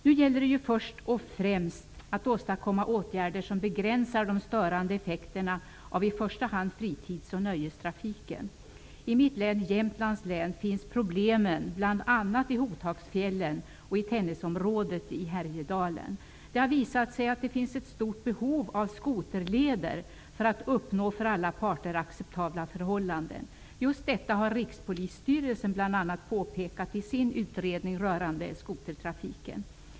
Det gäller ju först och främst att åstadkomma åtgärder som begränsar de störande effekterna av fritidsoch nöjestrafiken. I mitt län, Jämtlands län, finns problemen bl.a. i Det har visat sig att det finns ett stort behov av skoterleder för att uppnå för alla parter acceptabla förhållanden. Just detta har Rikspolisstyrelsen påpekat i sin utredning rörande skotertrafiken.